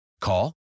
Call